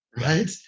Right